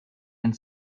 and